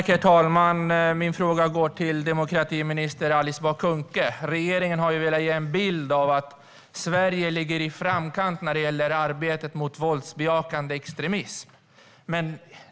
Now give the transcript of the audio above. Herr talman! Min fråga går till demokratiminister Alice Bah Kuhnke. Regeringen har velat ge en bild av att Sverige ligger i framkant när det gäller arbetet mot våldsbejakande extremism.